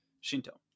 Shinto